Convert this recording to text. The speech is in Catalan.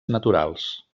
naturals